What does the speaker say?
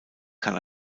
kann